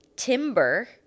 Timber